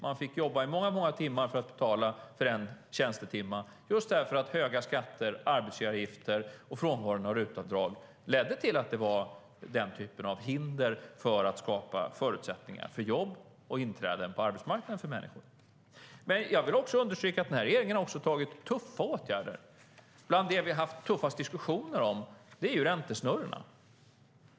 Man fick jobba i många timmar för att betala för en tjänstetimma, just därför att höga skatter, arbetsgivaravgifter och frånvaron av RUT-avdrag skapade den typen av hinder för att skapa jobb och inträden för människor på arbetsmarknaden. Jag vill också understryka att den här regeringen har vidtagit tuffa åtgärder. Något av det vi har haft tuffast diskussioner om är räntesnurrorna.